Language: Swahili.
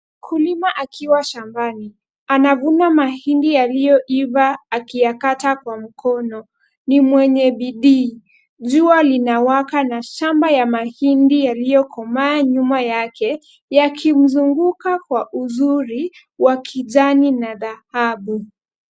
Mkulima akiwa shambani. Anavuna mahindi yaliyoiva, akiyakata kwa mkono, ni mwenye bidii. Jua linawaka na shamba ya mahindi yaliyokomaa nyuma yake yakimzunguka kwa uzuri wakijani na dhahabu.